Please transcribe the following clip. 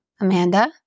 Amanda